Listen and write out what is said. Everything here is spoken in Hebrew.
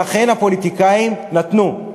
ואכן הפוליטיקאים נתנו.